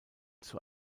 zur